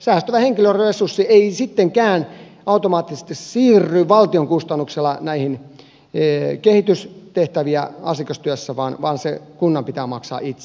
elikkä se säästyvä henkilöresurssi ei sittenkään automaattisesti siirry valtion kustannuksella näihin kehitystehtäviin asiakastyössä vaan se kunnan pitää maksaa itse